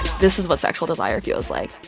this is what sexual desire feels like.